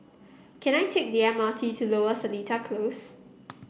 can I take the M R T to Lower Seletar Close